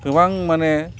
गोबां माने